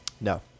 No